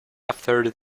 after